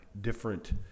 different